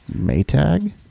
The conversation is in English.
Maytag